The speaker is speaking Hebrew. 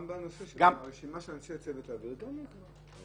גם בנושא של הרשימה של אנשי צוות האוויר גם הוא יקבע.